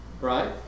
right